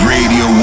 Radio